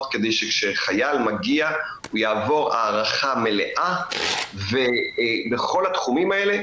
כדי שכשחייל יגיע הוא יעבור הערכה מלאה בכל התחומים האלה,